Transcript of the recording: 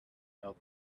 about